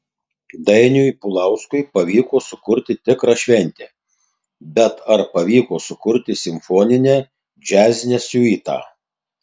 dainiui pulauskui pavyko sukurti tikrą šventę bet ar pavyko sukurti simfoninę džiazinę siuitą